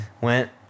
Went